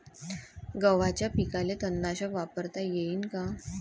गव्हाच्या पिकाले तननाशक वापरता येईन का?